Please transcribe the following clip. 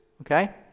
Okay